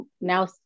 now